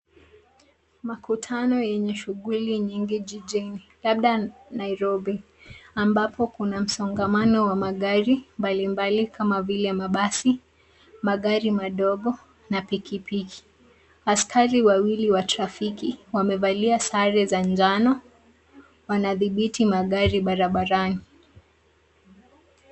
Makutano yenye shughuli nyingi jijini labda Nairobi ambapo kuna msongamano wa magari mbalimbali kama vile mabasi ,magari madogo na pikipiki askari wawili wa trafiki wamevalia sare za njano wanadhibiti magari barabarani.